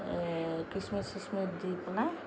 খিচমিচ চিচমিছ দি পেলাই